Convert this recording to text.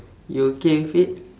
you okay with it